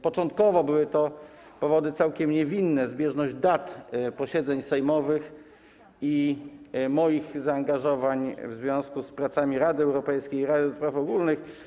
Początkowo były to powody całkiem niewinne, zbieżność dat posiedzeń sejmowych i moich zaangażowań w związku z pracami Rady Europejskiej, Rady ds. Ogólnych.